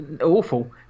awful